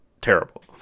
terrible